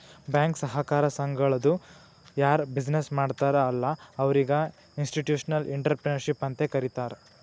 bank, ಸಹಕಾರ ಸಂಘಗಳದು ಯಾರ್ ಬಿಸಿನ್ನೆಸ್ ಮಾಡ್ತಾರ ಅಲ್ಲಾ ಅವ್ರಿಗ ಇನ್ಸ್ಟಿಟ್ಯೂಷನಲ್ ಇಂಟ್ರಪ್ರಿನರ್ಶಿಪ್ ಅಂತೆ ಕರಿತಾರ್